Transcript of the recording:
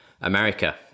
America